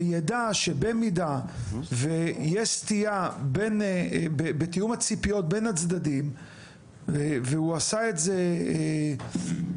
שידע שבמידה ויש סטייה בתיאום הציפיות בין הצדדים והוא עשה את זה באופן